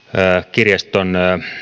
kirjaston